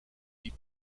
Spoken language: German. die